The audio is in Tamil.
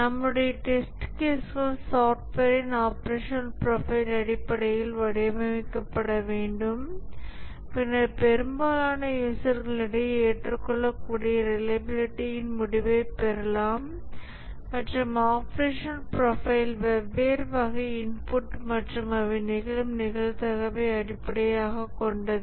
நம்முடைய டெஸ்ட் கேஸ்கள் சாஃப்ட்வேரின் ஆபரேஷனல் ப்ரொஃபைல் அடிப்படையில் வடிவமைக்கப்பட வேண்டும் பின்னர் பெரும்பாலான யூசர்களிடையே ஏற்றுக்கொள்ளக்கூடிய ரிலையபிலிட்டியின் முடிவைப் பெறலாம் மற்றும் ஆப்ரேஷனல் ப்ரொஃபைல் வெவ்வேறு வகை இன்புட் மற்றும் அவை நிகழும் நிகழ்தகவை அடிப்படையாகக் கொண்டது